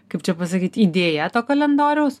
kaip čia pasakyt idėja to kalendoriaus